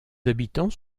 habitants